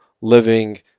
living